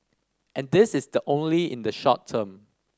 and this is the only in the short term